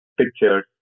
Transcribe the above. pictures